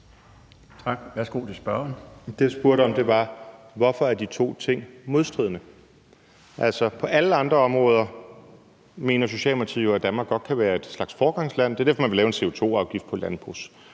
Messerschmidt (DF): Det, jeg spurgte om, var: Hvorfor er de to ting modstridende? På alle andre områder mener Socialdemokratiet jo at Danmark godt kan være et foregangsland. Det er derfor, man vi lave en CO2-afgift på